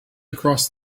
across